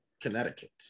Connecticut